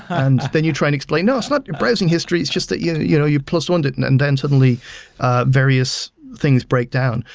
and then you try to explain, no, it's not your browsing history. it's just that you you know you plus one it and and then suddenly various things break down.